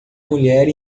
mulher